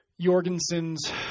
Jorgensen's